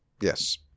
Yes